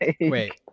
wait